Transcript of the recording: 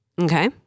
Okay